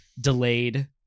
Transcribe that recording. delayed